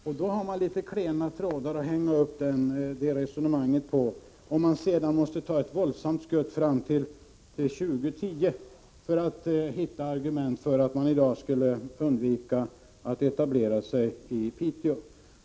Och då har man litet klena trådar att hänga upp sitt resonemang på — om man sedan måste ta ett våldsamt skutt fram till år 2010 för att hitta argument för att i dag undvika att etablera sig i Piteå.